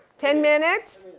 ten minutes?